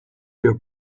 your